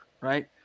right